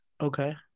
Okay